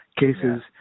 cases